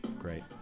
Great